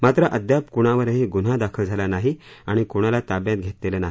मात्र अद्याप कुणावरही गुन्हा दाखल झाला नाही आणि कुणाला ताब्यातही घेतलेलं नाही